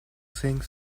think